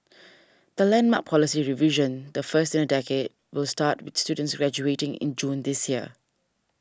the landmark policy revision the first in a decade will start with students graduating in June this year